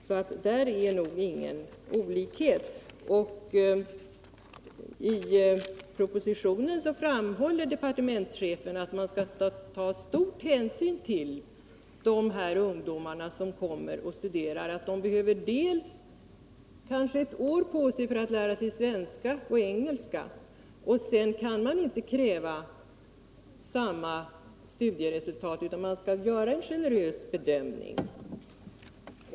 Där föreligger knappast någon olikhet. I propositionen framhåller också departementschefen att man bör ta stor hänsyn till de utländska ungdomar 39 som kommer hit och studerar. De behöver kanske först ett år på sig för att lära sig svenska och engelska, och sedan kan man inte kräva samma studieresultat som för de svenska ungdomarna, utan man skall göra en generös bedömning.